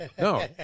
No